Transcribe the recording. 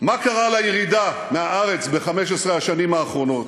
מה קרה לירידה מהארץ ב-15 השנים האחרונות?